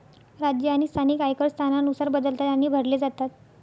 राज्य आणि स्थानिक आयकर स्थानानुसार बदलतात आणि भरले जातात